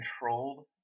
controlled